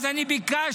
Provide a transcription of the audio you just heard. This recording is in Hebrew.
אז אני ביקשתי,